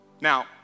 Now